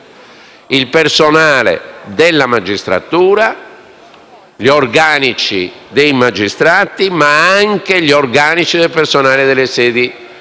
il personale della magistratura, gli organici dei magistrati, ma anche gli organici del personale delle sedi